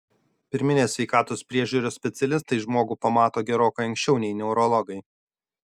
pirminės sveikatos priežiūros specialistai žmogų pamato gerokai anksčiau nei neurologai